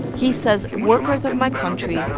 he says, workers in my country,